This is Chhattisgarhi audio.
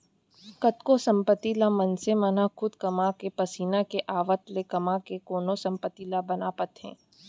कतको संपत्ति ल मनसे मन ह खुद कमा खाके पसीना के आवत ले कमा के कोनो संपत्ति ला बना पाथे